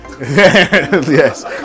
Yes